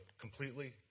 completely